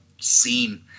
scene